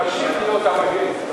תמשיך להיות המגן.